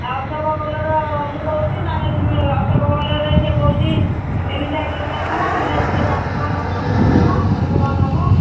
Ashok Bolero ମୁଁ କହୁଛି ନହେଲେ ତୁମେ ଅଶୋକ ବୋଲେରୋରେ ସିଏ କହୁଛି ତିନି ଚାରି ହଜାର ଟଙ୍କା ତୁମେ ସେ ବାବୁ ବୋଲେରୋଟାକୁ ବୁଝୁନ କେତେ କ'ଣ ନେବ